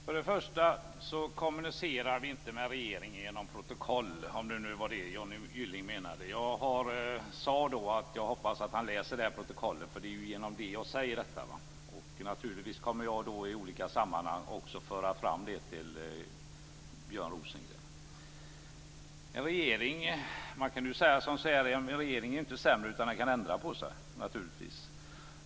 Fru talman! Först vill jag säga att vi kommunicerar inte med regeringen genom protokoll, om det nu var det som Johnny Gylling menade. Jag sade att jag hoppas att näringsministern läser det här protokollet. Det är ju genom det som jag säger detta. Jag kommer naturligtvis i olika sammanhang att också föra fram det här till Björn Rosengren. Man skulle ju kunna säga att en regering inte är sämre än att den naturligtvis kan ändra sig.